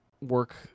work